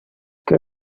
que